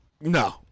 No